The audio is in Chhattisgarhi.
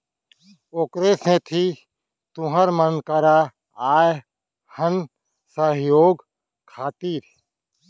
ओखरे सेती तुँहर मन करा आए हन सहयोग खातिर